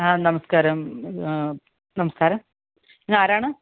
ആ നമസ്ക്കാരം നമസ്ക്കാരം ഇത് ആരാണ്